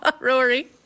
Rory